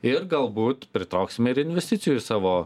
ir galbūt pritrauksime ir investicijų į savo